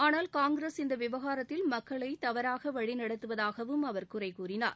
ஆனால் காங்கிரஸ் இந்த விவகாரத்தில் மக்களை தவறாக வழி நடத்துவதாகவும் அவர் குறை கூறினார்